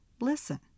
listen